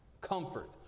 Comfort